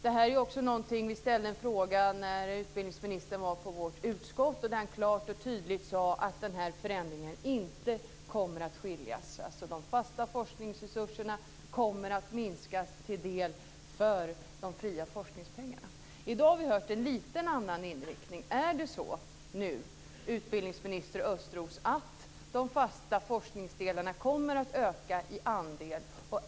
Det här är någonting vi ställde en fråga om när utbildningsministern var på vårt utskott, där han klart och tydligt sade om den här förändringen att de fasta forskningsresurserna till del kommer att minskas för de fria forskningspengarna. I dag har vi hört en liten annan inriktning. Är det så, utbildningsminister Östros, att de fasta forskningsdelarna kommer att öka i andel?